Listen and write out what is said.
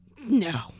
No